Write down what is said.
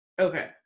okay